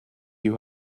you